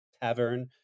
tavern